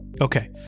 Okay